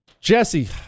Jesse